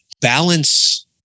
Balance